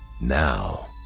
Now